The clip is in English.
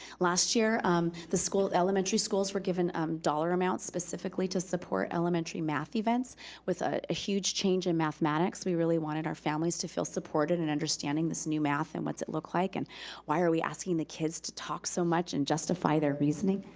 last year um the elementary schools were given dollar amounts, specifically, to support elementary math events with a huge change in mathematics. we really wanted our families to feel supported and understanding this new math and what's it looks like, and why are we asking the kids to talk so much and justify their reasoning.